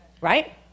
right